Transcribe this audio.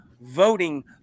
voting